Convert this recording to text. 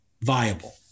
viable